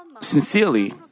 sincerely